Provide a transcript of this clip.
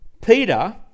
Peter